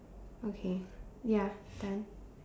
okay ya done